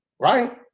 right